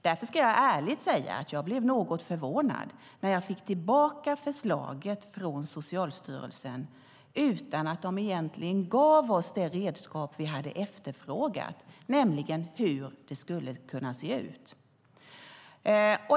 Jag ska därför säga att jag blev ärligt förvånad när jag fick tillbaka förslaget från Socialstyrelsen utan att de egentligen gav oss det redskap som vi efterfrågat, nämligen hur det skulle kunna se ut.